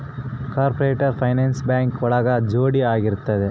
corporate finance bank ಒಳಗ ಜೋಡಿ ಆಗಿರುತ್ತೆ